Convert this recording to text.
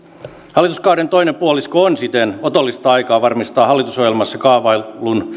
hallituskauden toinen puolisko on siten otollista aikaa varmistaa hallitusohjelmassa kaavaillun